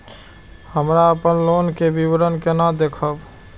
हमरा अपन लोन के विवरण केना देखब?